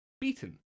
beaten